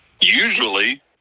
usually